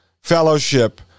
fellowship